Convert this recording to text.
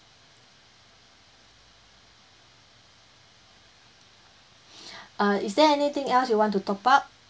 err is there anything else you want to top up